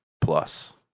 plus